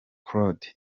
claude